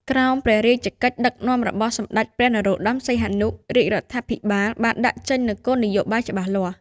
ក្រោមព្រះរាជកិច្ចដឹកនាំរបស់សម្ដេចព្រះនរោត្តម សីហនុ រាជរដ្ឋាភិបាលបានដាក់ចេញនូវគោលនយោបាយច្បាស់លាស់។